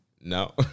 No